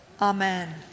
Amen